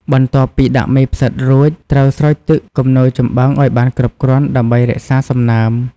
បន្ទាប់ពីដាក់មេផ្សិតរួច ត្រូវស្រោចទឹកគំនរចំបើងឲ្យបានគ្រប់គ្រាន់ ដើម្បីរក្សាសំណើម។